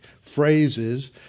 phrases